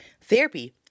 therapy